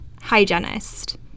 hygienist